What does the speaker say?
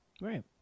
right